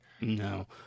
no